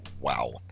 Wow